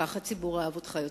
כך הציבור אהב אותך יותר.